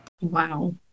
Wow